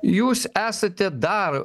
jūs esate dar